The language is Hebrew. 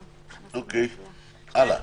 האלה.